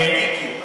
ותיקין.